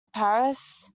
parris